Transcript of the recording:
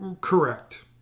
Correct